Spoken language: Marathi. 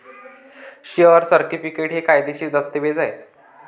शेअर सर्टिफिकेट हे कायदेशीर दस्तऐवज आहे